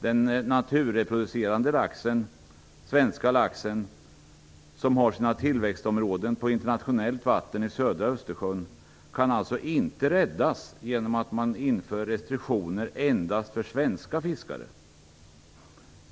Den naturreproducerande svenska laxen, som har sina tillväxtområden på internationellt vatten i södra Östersjön, kan alltså inte räddas genom att man inför restriktioner endast för svenska fiskare.